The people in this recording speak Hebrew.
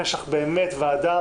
יש לך באמת ועדה